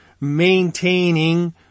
maintaining